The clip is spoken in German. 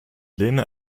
lehne